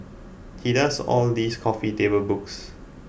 he does all these coffee table books